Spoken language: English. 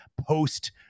post-